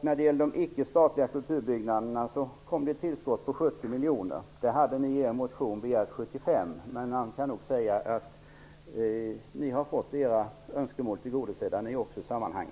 När de gäller de icke-statliga kulturbyggnaderna kommer ett tillskott på 70 miljoner. Ni hade er motion begärt 75 miljoner. Man kan nog säga att ni har fått era önskemål tillgodosedda även i detta sammanhang.